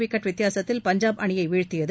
wicket வித்தியாசத்தில் பஞ்சாப் அணியை வீழ்த்தியது